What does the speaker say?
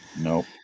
Nope